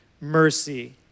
mercy